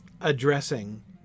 addressing